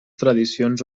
tradicions